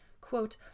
Quote